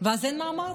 ואז אין מעמד,